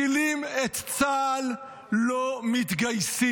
"מצילים את צה"ל, לא מתגייסים".